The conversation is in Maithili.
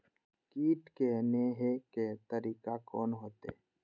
कीट के ने हे के तरीका कोन होते?